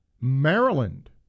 Maryland